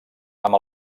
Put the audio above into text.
amb